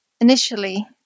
initially